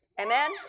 Amen